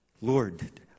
Lord